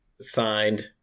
signed